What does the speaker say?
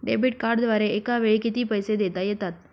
Debit कार्डद्वारे एकावेळी किती पैसे देता येतात?